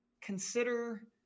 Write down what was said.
consider